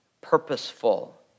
purposeful